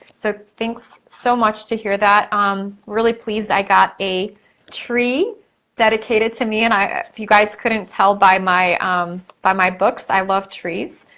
so, thanks so much to hear that. i'm really pleased i got a tree dedicated to me, and if you guys couldn't tell by my um by my books, i love trees,